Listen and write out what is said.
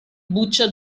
buccia